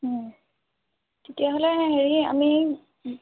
তেতিয়াহ'লে হেৰি আমি